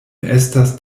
estas